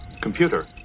Computer